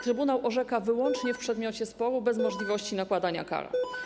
Trybunał orzeka wyłącznie w przedmiocie sporu, bez możliwości nakładania kar.